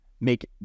make